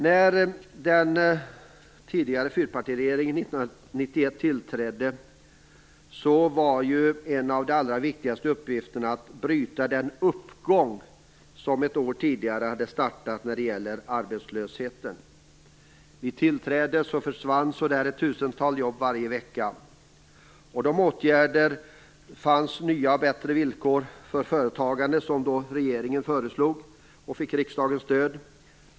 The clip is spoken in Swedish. var en av de allra viktigaste uppgifterna att bryta den uppgång av arbetslösheten som hade startat ett år tidigare. Vid tillträdet försvann omkring ett tusental jobb varje vecka. Bland de åtgärder som regeringen föreslog och fick riksdagens stöd för fanns nya och bättre villkor för företagandet.